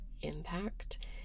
impact